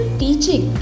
teaching